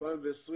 בשנת 2020